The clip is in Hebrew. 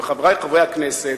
חברי חברי הכנסת,